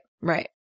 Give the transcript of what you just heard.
Right